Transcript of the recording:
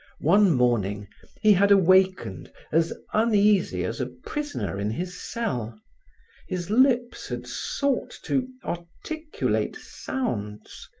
one morning he had awakened, as uneasy as a prisoner in his cell his lips had sought to articulate sounds,